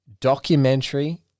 documentary